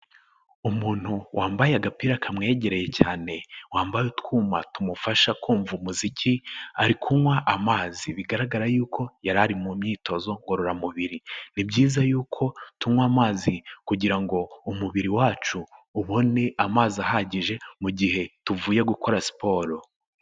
Umuntu wambaye agapira kamwegereye cyane wambaye utwuma tumufasha kumva umuziki ari kunywa amazi bigaragara y'uko yari ari mu myitozo ngororamubiri ni byiza y'uko tunywa amazi kugira ngo umubiri wacu ubone amazi ahagije mu gihe tuvuye gukora siporo.